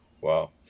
wow